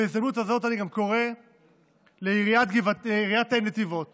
בהזדמנות זו אני גם קורא לעיריית נתיבות